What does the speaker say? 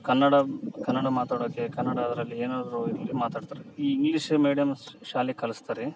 ಕನ್ನಡ ಕನ್ನಡ ಮಾತಾಡೋಕೆ ಕನ್ನಡದಲ್ಲಿ ಏನಾದರೂ ಮಾತಾಡ್ತಾರೆ ಈ ಇಂಗ್ಲೀಷ್ ಮೇಡಮ್ ಸಹ ಶಾಲೆ ಕಲಿಸ್ತಾರೆ